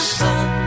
sun